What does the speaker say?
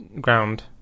ground